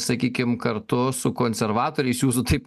sakykim kartu su konservatoriais jūsų taip